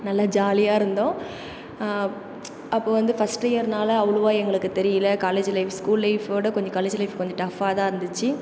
நல்ல ஜாலியாக இருந்தோம் அப்போ வந்து ஃபர்ஸ்ட் இயர்னால அவ்ளோவாக எங்களுக்கு தெரியல காலேஜ் லைஃப் ஸ்கூல் லைஃப்வோட கொஞ்சம் காலேஜ் லைஃப் கொஞ்ச டஃபாகதான் இருந்துச்சு